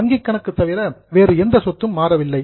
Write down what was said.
வங்கி கணக்கு தவிர வேறு எந்த சொத்தும் மாறவில்லை